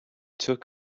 took